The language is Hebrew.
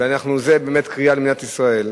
וזאת באמת קריאה למדינת ישראל,